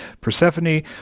Persephone